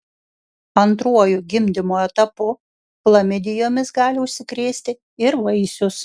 antruoju gimdymo etapu chlamidijomis gali užsikrėsti ir vaisius